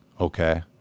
okay